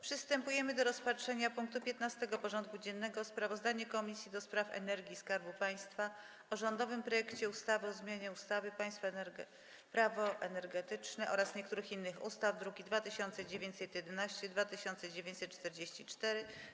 Przystępujemy do rozpatrzenia punktu 15. porządku dziennego: Sprawozdanie Komisji do Spraw Energii i Skarbu Państwa o rządowym projekcie ustawy o zmianie ustawy Prawo energetyczne oraz niektórych innych ustaw (druki nr 2911 i 2944)